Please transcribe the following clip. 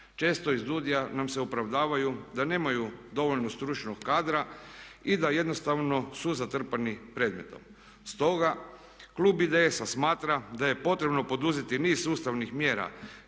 Često iz DUDI-a nam se opravdavaju da nemaju dovoljno stručnog kadra i da jednostavno su zatrpani predmetom. Stoga klub IDS-a smatra da je potrebno poduzeti niz sustavnih mjera